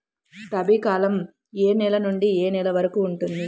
రబీ కాలం ఏ నెల నుండి ఏ నెల వరకు ఉంటుంది?